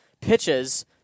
pitches